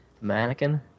mannequin